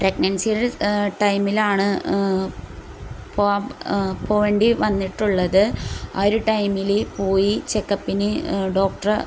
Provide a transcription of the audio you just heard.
പ്രഗ്നൻസിയുടെ ടൈമിലാണ് പോവേണ്ടി വന്നിട്ടുള്ളത് ആ ഒരു ടൈമിൽ പോയി ചെക്കപ്പിന് ഡോക്ടർ